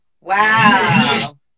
wow